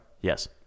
Yes